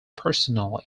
personnel